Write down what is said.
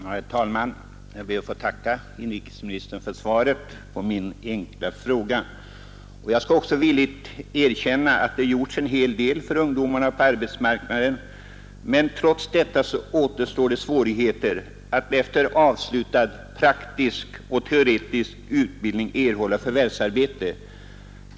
Herr talman! Jag ber att få tacka herr inrikesministern för svaret på min enkla fråga. Jag skall villigt erkänna att det gjorts en hel del för ungdomarna på arbetsmarknaden, men trots detta återstår det svårigheter för dem att efter avslutad praktisk och teoretisk utbildning erhålla förvärvsarbete.